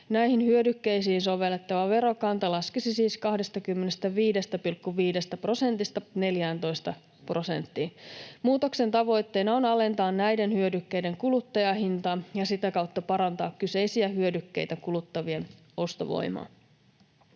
Näihin hyödykkeisiin sovellettava verokanta laskisi siis 25,5 prosentista 14 prosenttiin. Muutoksen tavoitteena on alentaa näiden hyödykkeiden kuluttajahintaa ja sitä kautta parantaa kyseisiä hyödykkeitä kuluttavien ostovoimaa.